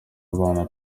abana